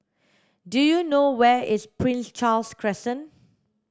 do you know where is Prince Charles Crescent